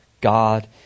God